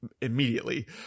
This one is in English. immediately